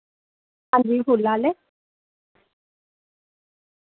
हां जी फुल्ल आह्ले